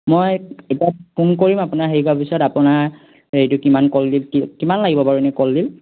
মই এতিয়া ফোন কৰিম আপোনাৰ হেৰি কৰাৰ পিছত আপোনাৰ হেৰিটো কিমান কলডিল কিমান লাগিব বাৰু এনেই কলডিল